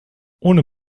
ohne